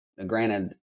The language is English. granted